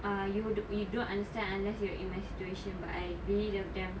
uh you you don't understand unless you in my situation but I really love them